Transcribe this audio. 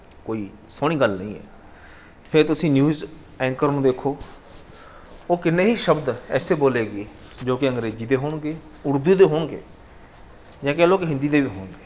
ਕੋਈ ਸੋਹਣੀ ਗੱਲ ਨਹੀਂ ਹੈ ਫਿਰ ਤੁਸੀਂ ਨਿਊਜ਼ ਐਂਕਰ ਨੂੰ ਦੇਖੋ ਉਹ ਕਿੰਨੇ ਹੀ ਸ਼ਬਦ ਐਸੇ ਬੋਲੇਗੀ ਜੋ ਕਿ ਅੰਗਰੇਜ਼ੀ ਦੇ ਹੋਣਗੇ ਉਰਦੂ ਦੇ ਹੋਣਗੇ ਜਾਂ ਕਹਿ ਲਓ ਕਿ ਹਿੰਦੀ ਦੇ ਵੀ ਹੋਣਗੇ